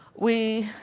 we